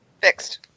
Fixed